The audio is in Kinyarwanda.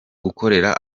gukorera